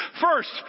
First